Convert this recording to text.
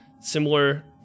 Similar